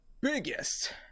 biggest